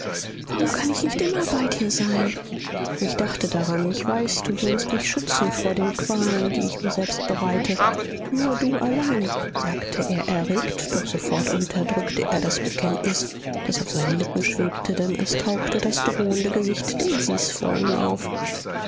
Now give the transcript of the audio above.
warum kann ich nicht immer bei dir sein ich dachte daran ich weiß du würdest mich schützen vor den qualen die ich mir selbst bereite nur du allein sagte er erregt doch sofort unterdrückte er das bekenntnis das auf seinen lippen schwebte denn es tauchte das drohende gesicht daisys vor ihm auf